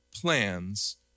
plans